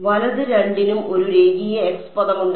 വലത് രണ്ടിനും ഒരു രേഖീയ x പദമുണ്ട്